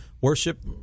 worship